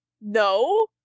No